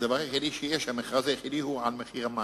הדבר היחידי שיש, המכרז היחיד, הוא על מחיר המים.